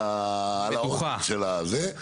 על של הזה.